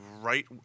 right